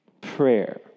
prayer